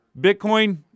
Bitcoin